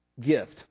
gift